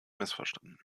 missverstanden